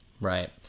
Right